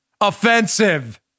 Offensive